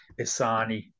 isani